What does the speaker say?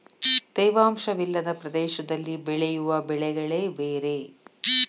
ತೇವಾಂಶ ವಿಲ್ಲದ ಪ್ರದೇಶದಲ್ಲಿ ಬೆಳೆಯುವ ಬೆಳೆಗಳೆ ಬೇರೆ